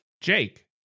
Jake